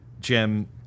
Jim